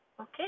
Okay